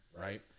right